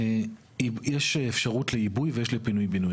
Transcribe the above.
יש אפשרות לעיבוי ויש אפשרות ל פינוי-בינוי.